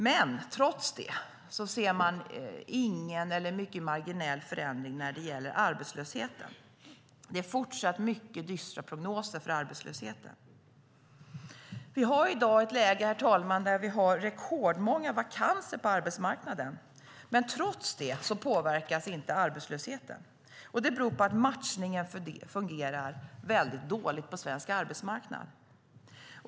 Men trots det ser man ingen eller en mycket marginell förändring när det gäller arbetslösheten. Det är fortsatt mycket dystra prognoser för arbetslösheten. Vi har i dag ett läge, herr talman, där vi har rekordmånga vakanser på arbetsmarknaden. Trots det påverkas inte arbetslösheten. Det beror på att matchningen fungerar väldigt dåligt på svensk arbetsmarknad.